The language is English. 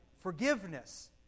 Forgiveness